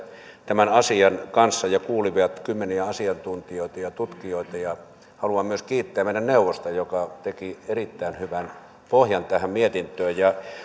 tämän asian kanssa ja kuulivat kymmeniä asiantuntijoita ja tutkijoita haluan myös kiittää meidän neuvosta joka teki erittäin hyvän pohjan tähän mietintöön